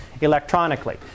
electronically